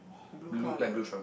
blue colour